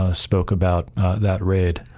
ah spoke about that raid.